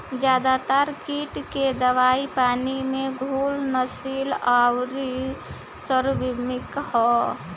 ज्यादातर कीट के दवाई पानी में घुलनशील आउर सार्वभौमिक ह?